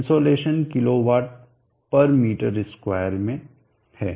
insolation kWm2 में है